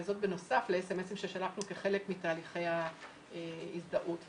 וזאת בנוסף לסמס-ים ששלחנו כחלק מתהליכי ההזדהות וכולי.